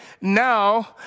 now